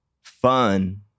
fun